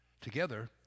together